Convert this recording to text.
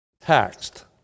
taxed